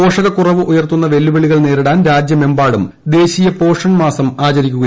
പോഷകക്കുറവ് ഉയർത്തുന്ന വെല്ലുവിളികൾ നേരിടാൻ രാജ്യമെമ്പാടും ഈ മാസം ദേശീയ പോഷൺ മാസം ആചരിക്കുക